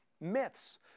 myths